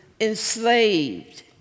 enslaved